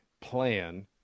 plan